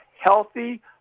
healthy